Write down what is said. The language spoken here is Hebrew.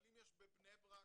אבל אם יש בבני ברק,